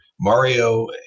Mario